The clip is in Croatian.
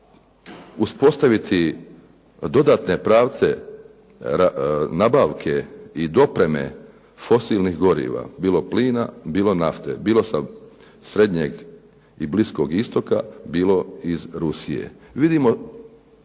uspostaviti dodatne pravce nabavke i dopreme fosilnih goriva, bilo plina, bilo nafte, bilo sa Srednjeg i Bliskog Istoka, bilo iz Rusije.